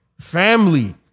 family